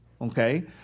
Okay